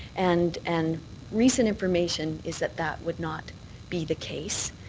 and and recent information is that that would not be the case.